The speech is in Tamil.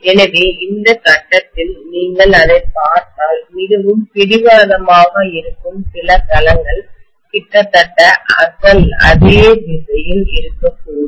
எனவே இந்த கட்டத்தில் நீங்கள் அதைப் பார்த்தால் மிகவும் பிடிவாதமாக இருக்கும் சில களங்கள் கிட்டத்தட்ட அசல் அதே திசையில் இருக்கக்கூடும்